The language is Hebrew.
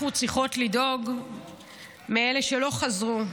אנחנו צריכות לדאוג מאלה שלא חזרו,